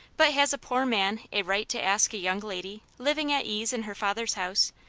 but has a poor man a right to ask a young lady, living at ease in her father's house,